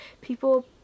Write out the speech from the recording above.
people